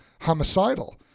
homicidal